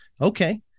okay